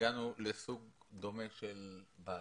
כשהגענו לסוג דומה של בעיה.